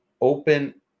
open